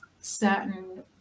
certain